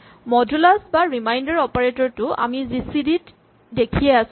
মডোলাচ বা reminder operator টো আমি জি চি ডি ত দেখিয়েই আছিলো